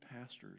pastors